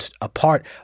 apart